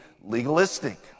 legalistic